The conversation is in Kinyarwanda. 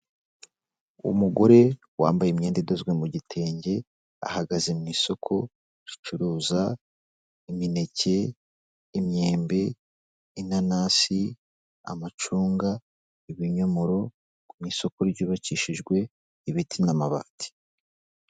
Umugore wambaye imyenda idozwe mu gitenge ahagaze mu isoko ricuruza imineke, imyembe, inanasi, amacunga, ibinyomoro ku isoko ryubakishijwe ibiti n'amabati.